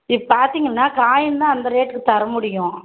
இப்போ பார்த்தீங்கன்னா காயின் தான் அந்த ரேட்டுக்கு தர முடியும்